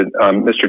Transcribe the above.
Mr